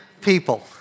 people